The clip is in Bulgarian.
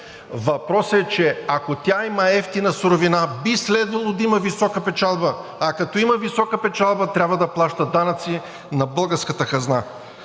въпросът е, че ако тя има евтина суровина, би следвало да има висока печалба, а като има висока печалба, трябва да плаща данъци на българската хазна.